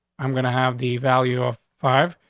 i'm gonna have the value off five,